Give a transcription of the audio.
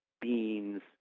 beans